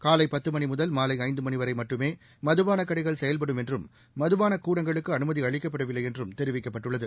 காலை பத்து மணி முதல் மாலை ஐந்து மணி வரை மட்டுமே மதுபான கடைகள் செயல்படும் என்றும் மதுபான கூடங்களுக்கு அனுமதி அளிக்கப்படவில்லை என்றும் தெிவிக்கப்பட்டுள்ளது